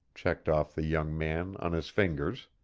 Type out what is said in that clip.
checked off the young man on his fingers.